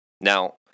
Now